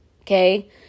Okay